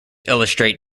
illustrate